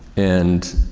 and,